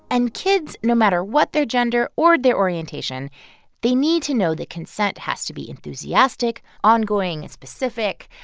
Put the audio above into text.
and kids, no matter what their gender or their orientation they need to know that consent has to be enthusiastic, ongoing and specific,